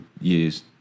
years